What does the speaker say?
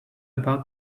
about